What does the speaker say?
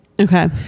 Okay